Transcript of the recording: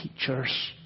teachers